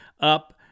up